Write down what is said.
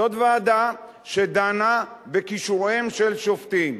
זאת ועדה שדנה בכישוריהם של שופטים,